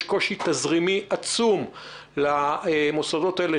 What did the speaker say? יש קושי תזרימי עצום למוסדות האלה,